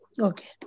Okay